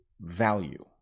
value